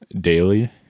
daily